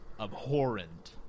abhorrent